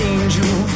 Angel